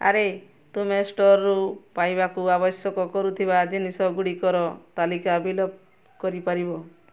ଆରେ ତୁମେ ଷ୍ଟୋରରୁ ପାଇବାକୁ ଆବଶ୍ୟକ କରୁଥିବା ଜିନିଷଗୁଡ଼ିକର ତାଲିକା ବିଲୋପ କରିପାରିବ